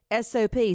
SOP